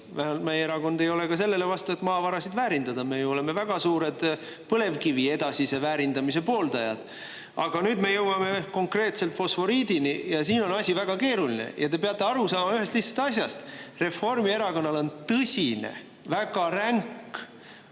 meie erakond ei ole ka sellele vastu, et maavarasid väärindada. Me ju oleme väga suured põlevkivi edasise väärindamise pooldajad. Aga nüüd me jõuame konkreetselt fosforiidini ja siin on asi väga keeruline. Te peate aru saama ühest lihtsast asjast: Reformierakonnal on tõsine ja väga ränk